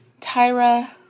Tyra